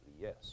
Yes